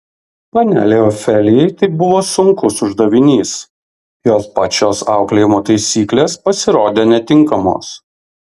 panelei ofelijai tai buvo sunkus uždavinys jos pačios auklėjimo taisyklės pasirodė netinkamos